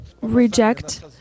reject